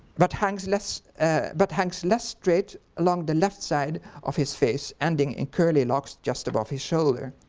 but hangs less but hangs less straight along the left side of his face ending in curly locks just above his shoulder.